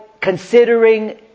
considering